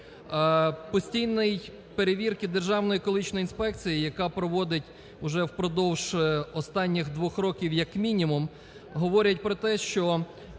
Постійні перевірки Державної екологічної інспекції, яка проводить уже впродовж останніх двох років, як мінімум, говорить про те, що